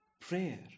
prayer